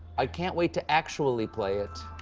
i can't wait to actually play it.